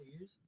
years